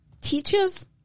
teachers